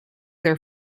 their